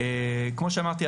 כמו שאמרתי,